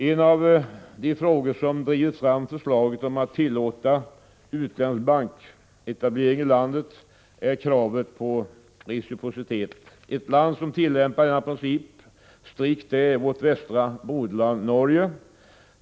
En av de frågor som drivit fram förslaget om att tillåta utländsk banketablering i landet är kravet på reciprocitet. Ett land som tillämpar denna princip strikt är vårt västra broderland Norge.